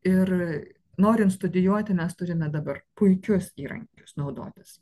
ir norint studijuoti mes turime dabar puikius įrankius naudotis